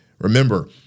Remember